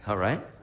ah right.